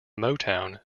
motown